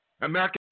American